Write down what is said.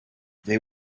they